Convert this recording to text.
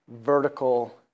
vertical